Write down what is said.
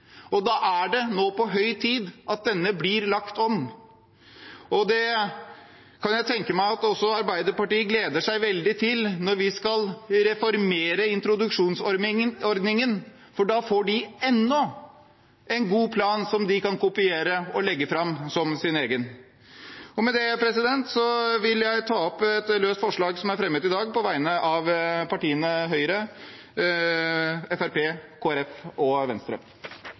og da er det på høy tid at denne blir lagt om. Jeg kan tenke meg at også Arbeiderpartiet gleder seg veldig til at vi skal reformere introduksjonsordningen, for da får de enda en god plan som de kan kopiere og legge fram som sin egen. Med det vil jeg ta opp et løst forslag på vegne av partiene Høyre, Fremskrittspartiet, Venstre og